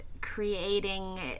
creating